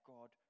God